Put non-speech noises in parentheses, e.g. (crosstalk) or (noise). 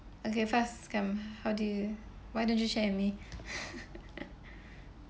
okay faz come how do you why don't you share with me (laughs)